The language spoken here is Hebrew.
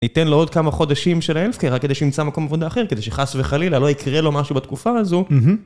ניתן לו עוד כמה חודשים של ה-health care רק כדי שימצא מקום עבודה אחר, כדי שחס וחלילה לא יקרה לו משהו בתקופה הזו.